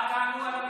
מה תענו לרשימה הזאת?